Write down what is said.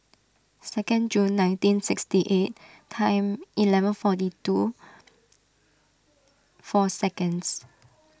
second June nineteen sixty eight time eleven forty two four seconds